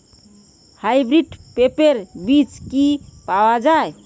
Hybrid পেঁপের বীজ কি পাওয়া যায়?